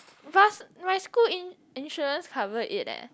plus my school in insurance cover it eh